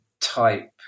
type